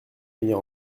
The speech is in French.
venir